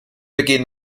begehen